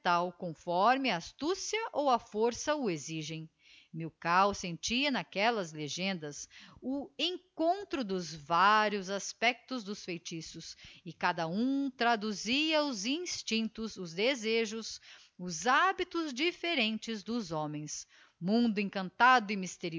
conforme a astúcia ou a força o exigem milkau sentia n'aquellas legendas o encontro dos vários aspectos dos feitiços e cada um traduzia os instinctos os desejos os hábitos dilíerentes dos homens mundo encantado